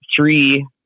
three